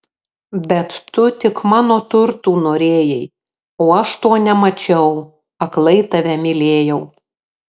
bet tu tik mano turtų norėjai o aš to nemačiau aklai tave mylėjau